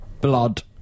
Blood